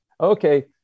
okay